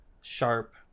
sharp